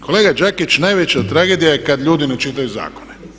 Kolega Đakić, najveća tragedija je kad ljudi ne čitaju zakone.